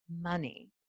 money